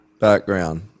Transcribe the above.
background